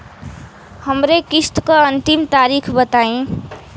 हमरे किस्त क अंतिम तारीख बताईं?